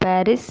Paris